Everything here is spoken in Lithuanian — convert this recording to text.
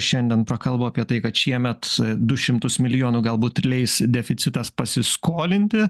šiandien prakalbo apie tai kad šiemet du šimtus milijonų galbūt leis deficitas pasiskolinti